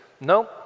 no